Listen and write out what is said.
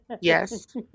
Yes